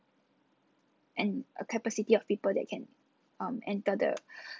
and a capacity of people that can um enter the